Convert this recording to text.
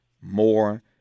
more